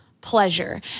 pleasure